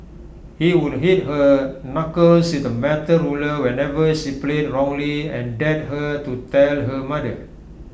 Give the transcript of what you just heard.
he would hit her knuckles with A metal ruler whenever she played wrongly and dared her to tell her mother